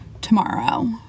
tomorrow